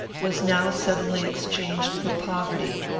was now suddenly exchanged for poverty.